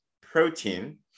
protein